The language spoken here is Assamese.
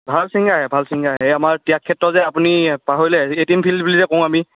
ভাল চিংগাৰ আহে ভাল চিংগাৰ এই আমাৰ ত্যাগ ক্ষেত্ৰ যে আপুনি পাহৰিলে এ টিম ফিল্ড বুলি কওঁ আমি